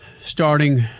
starting